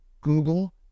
Google